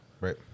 Right